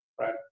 right